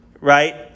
right